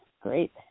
great